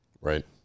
Right